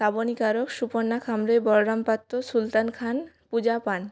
শ্রাবণী কারক সুপর্ণা খামরুই বলরাম পাত্র সুলতান খান পূজা পান